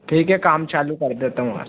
ठीक है काम चालू कर देता हूँ आज से